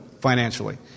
financially